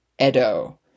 Edo